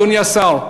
אדוני השר,